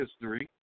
history